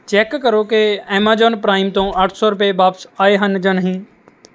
check ਕਰੋ ਕਿ Amazon Prime ਤੋਂ ਅੱਠ ਸੌ ਰੁਪਏ ਵਾਪਸ ਆਏ ਹਨ ਜਾਂ ਨਹੀਂ